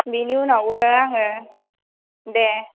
बिनि उनावो आङो दे